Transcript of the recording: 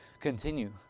continue